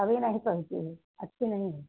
अभी नहीं पहुँची हूँ अच्छी नहीं है